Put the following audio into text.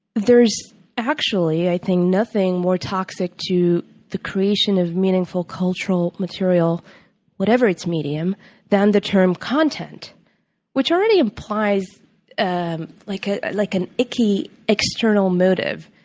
there's actually, i think, nothing more toxic to the creation of meaningful cultural material whatever its medium than the term content which already implies and like ah like an icky external motive.